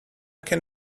can